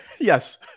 Yes